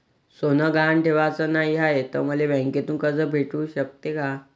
सोनं गहान ठेवाच नाही हाय, त मले बँकेतून कर्ज भेटू शकते का?